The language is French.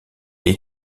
est